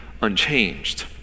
unchanged